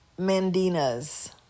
Mandina's